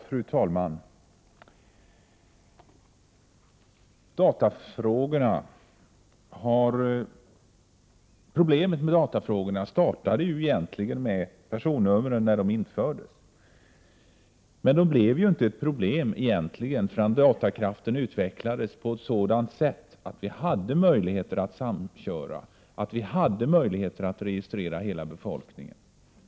Fru talman! Problemet med datafrågorna startade egentligen när personnumren infördes. Men personnumren blev inte något svårt problem, förrän datakraften utvecklades på ett sådant sätt att det fanns möjlighet att samköra register och att registrera hela befolkningen.